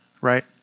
right